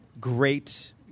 great